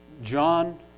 John